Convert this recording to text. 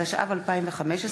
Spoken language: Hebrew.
התשע"ו 2015,